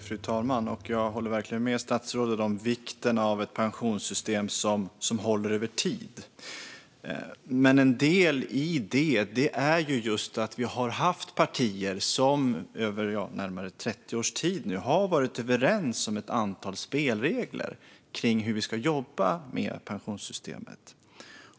Fru talman! Jag håller verkligen med statsrådet om vikten av ett pensionssystem som håller över tid, men en del i detta är just att vi har haft partier som under närmare 30 års tid nu har varit överens om ett antal spelregler för hur vi ska jobba med pensionssystemet.